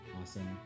Awesome